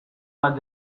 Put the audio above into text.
bat